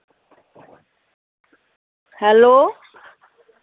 hello